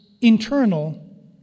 internal